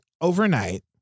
overnight